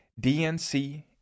DNC